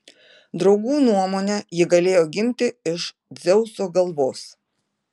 draugų nuomone ji galėjo gimti iš dzeuso galvos